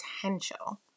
potential